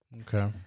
Okay